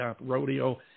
Rodeo